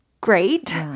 great